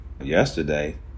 yesterday